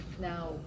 Now